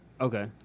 Okay